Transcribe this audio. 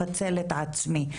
לפצל את עצמי,